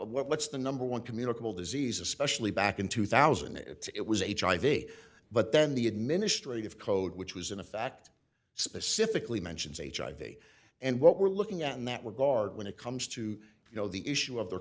what's the number one communicable disease especially back in two thousand it it was h i v but then the administrative code which was in a fact specifically mentions hiv and what we're looking at in that regard when it comes to you know the issue of the